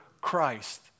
Christ